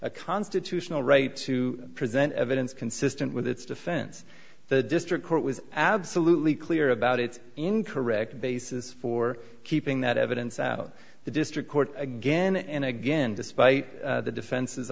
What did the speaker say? a constitutional right to present evidence consistent with its defense the district court was absolutely clear about it's incorrect basis for keeping that evidence out the district court again and again despite the defense